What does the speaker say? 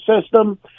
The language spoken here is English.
system